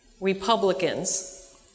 Republicans